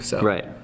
Right